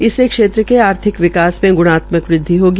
इससे क्षेत्र के आर्थिक विकास मे गुणात्मक वृद्वि होगी